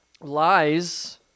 lies